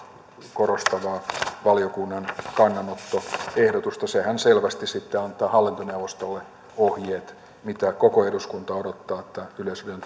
korostavaa valiokunnan kannanottoehdotusta sehän selvästi antaa hallintoneuvostolle ohjeet miten koko eduskunta odottaa yleisradion